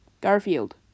Garfield